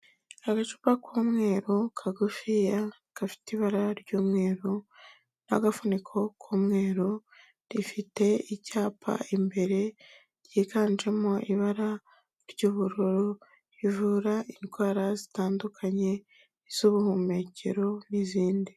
Agacupa k'umweru kagufiya gafite ibara ry'umweru n'agafuniko k'umweru, rifite icyapa imbere ryiganjemo ibara ry'ubururu, rivura indwara zitandukanye iz'ubuhumekero n'izindi.